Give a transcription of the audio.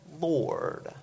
Lord